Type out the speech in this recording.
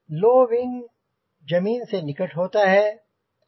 लो wing जमीन से निकट होता है